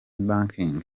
banking